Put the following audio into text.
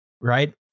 right